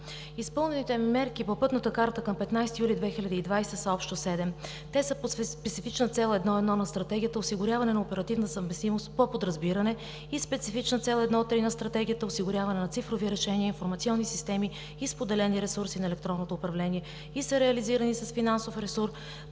изпълнените мерки по Пътната карта към 15 юли 2020 г. са общо седем. Те са по специфична цел 1.1. на Стратегията – Осигуряване на оперативна съвместимост по подразбиране, и специфична цел 1.3 на Стратегията – Осигуряване на цифрови решения, информационни системи и споделени ресурси на електронното управление, и са реализирани с финансов ресурс